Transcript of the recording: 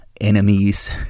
enemies